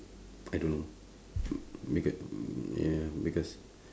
I don't know mayb~ mm ya because